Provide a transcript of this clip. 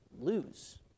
lose